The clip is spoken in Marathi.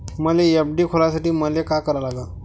मले एफ.डी खोलासाठी मले का करा लागन?